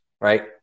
right